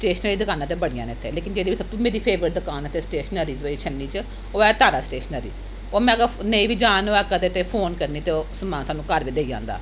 stationery दकानां ते बड़ियां न इत्थै लेकन जेह्ड़ी सब तों मेरी फेवरट दकान ऐ इत्थै स्टेशनरी दी भाई छन्नी च ओह् ऐ तारा स्टेशनरी ओह् में अगर नेईं बी जान होऐ कदें ते फोन करनीं ते ओह् समान सानूं घर बी देई जंदा